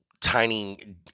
tiny